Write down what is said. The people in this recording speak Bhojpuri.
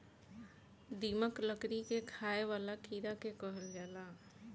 दीमक, लकड़ी के खाए वाला कीड़ा के कहल जाला